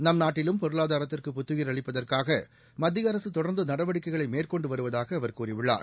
நாம் நாட்டிலும் பொருளாதாரத்திற்கு புத்துயிர் அளிட்பதற்காக மத்திய அரசு தொடர்ந்து நடவடிக்கைகளை மேற்கொண்டு வருவதாக அவர் கூறியுள்ளார்